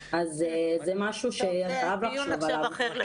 זה דבר שחייבים לחשוב עליו.